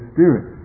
Spirit